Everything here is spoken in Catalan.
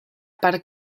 per